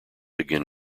again